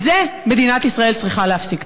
את זה מדינת ישראל צריכה להפסיק.